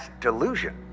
delusion